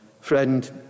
Friend